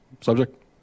subject